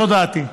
זו דעתי.